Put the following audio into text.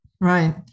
Right